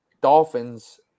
Dolphins